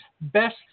best